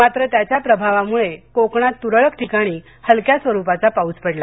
मात्र त्याच्या प्रभावामुळे कोकणात काही ठिकाणी तुरळक ठिकाणी हलक्या स्वरूपाचा पाऊस पडला